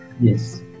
Yes